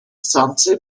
санкции